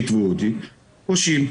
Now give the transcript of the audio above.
שיתבעו אותי הם פושעים.